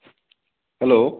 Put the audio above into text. hello